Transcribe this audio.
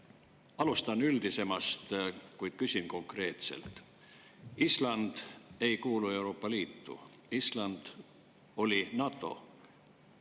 Alustan üldisemast, kuid küsin konkreetselt. Island ei kuulu Euroopa Liitu, aga Island oli NATO